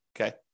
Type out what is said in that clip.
okay